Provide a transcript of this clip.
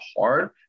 hard